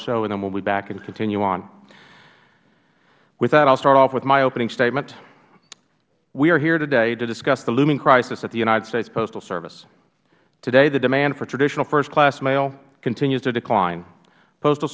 so and then we will be back and continue on with that i will start off with my opening statement we are here today to discuss the looming crisis at the united states postal service today the demand for traditional first class mail continues to decline postal